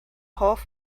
hoff